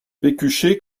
pécuchet